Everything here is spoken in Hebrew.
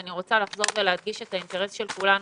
אני רוצה לחזור ולהדגיש את האינטרס של כולנו